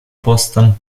postan